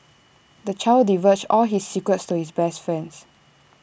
the child divulged all his secrets to his best friends